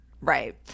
Right